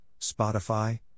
Spotify